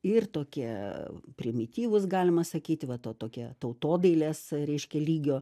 ir tokie primityvūs galima sakyti va to tokie tautodailės reiškia lygio